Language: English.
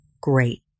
Great